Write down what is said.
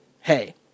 hey